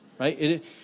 Right